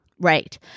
right